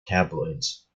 tabloids